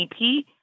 EP